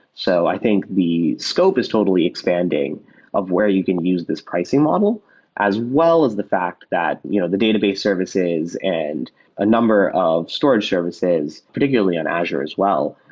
so i think the scope is totally expanding of where you can use this pricing model as well as the fact that you know the other database services and a number of storage services, particularly on azure as well,